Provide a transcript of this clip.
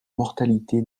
mortalité